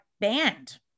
banned